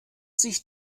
sich